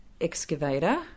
excavator